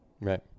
Right